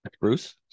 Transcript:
Bruce